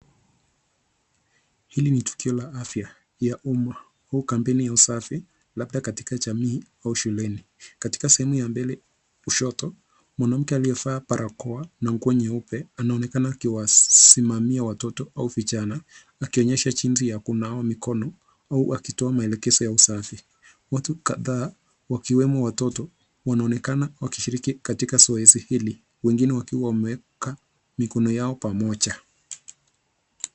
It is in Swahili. Hili ni tukio la afya ya umma au kampeni ya usafi labda katika jamii au shuleni. Katika sehemu ya mbele kushoto, mwanamke aliyevaa barakoa na nguo nyeupe anaonekana akiwasimamia watoto au vijana akionyesha jinsi ya kunawa mikono au wakitoa maelekezo ya usafi. Watu kadhaa wakiwemo watoto wanaonekana wakishiriki katika zoezi hili wengine wakiwa wamewekwa mikono yao pamoja.